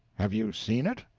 have you seen it?